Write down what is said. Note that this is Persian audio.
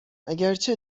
اگرچه